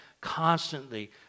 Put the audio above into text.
constantly